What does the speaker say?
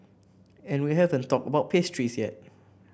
and we haven't talked about pastries yet